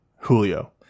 Julio